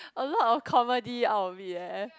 a lot of comedy out of it eh